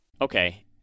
Okay